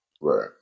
Right